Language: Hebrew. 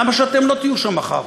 למה שאתם לא תהיו שם מחר?